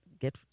get